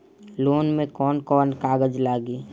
Loan में कौन कौन कागज लागी?